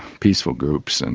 peaceful groups, and